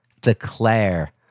Declare